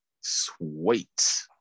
sweet